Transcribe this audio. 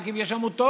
רק אם יש עמותות,